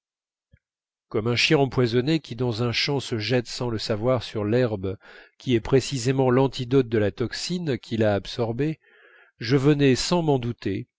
comme un chien empoisonné qui dans un champ se jette sans le savoir sur l'herbe qui est précisément l'antidote de la toxine qu'il a absorbée je venais sans m'en douter